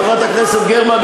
חברת הכנסת גרמן,